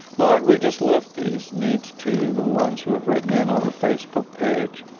lord, we just lift these needs to you. the ones who have written in on the facebook page,